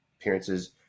appearances